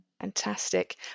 fantastic